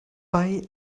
bei